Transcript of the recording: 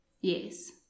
Yes